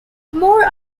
more